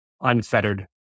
unfettered